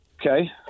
okay